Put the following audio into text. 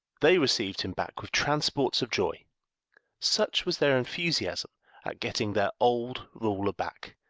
they received him back with transports of joy such was their enthusiasm at getting their old ruler back,